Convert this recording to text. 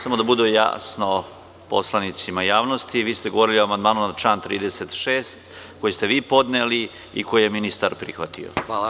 Samo da bude jasno poslanicima i javnosti, vi ste govorili o amandmanu na član 36. koji ste vi podneli i koji je ministar prihvatio.